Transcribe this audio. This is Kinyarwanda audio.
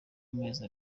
amezi